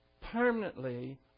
permanently